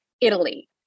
italy